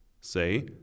Say